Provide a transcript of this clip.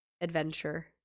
adventure